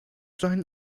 seinen